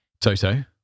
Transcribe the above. Toto